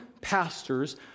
pastors